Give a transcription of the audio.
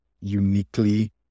uniquely